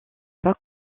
pas